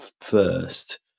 first